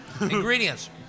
Ingredients